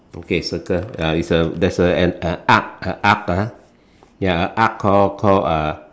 okay circle uh it's a there's a an arch uh arch ya a a a arch called called uh